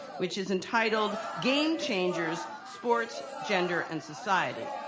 which is entitled game changers, sports, gender, and society.